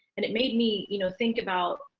and it made me, you know, think about,